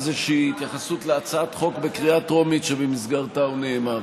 מאיזושהי התייחסות להצעת חוק בקריאה טרומית שבמסגרתה הוא נאמר.